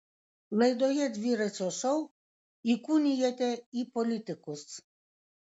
laidoje dviračio šou įkūnijate į politikus